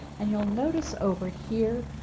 and you'll notice over here,